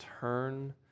turn